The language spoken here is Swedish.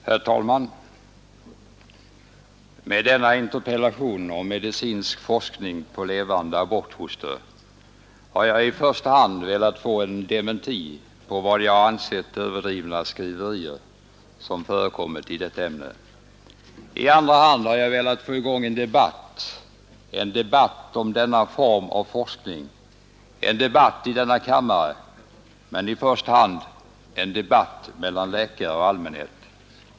Herr talman! Med denna interpellation om medicinsk forskning på levande abortfoster har jag i första hand velat få en dementi på vad jag ansett vara överdrivna skriverier som förekommit i detta ämne. I andra hand har jag velat få i gång en debatt — en debatt om denna form av forskning — en debatt i denna kammare men i första hand en debatt mellan läkare och allmänhet.